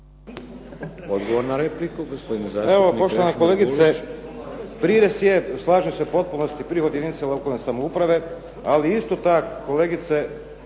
Odgovor na repliku, gospodin zastupnik